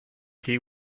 key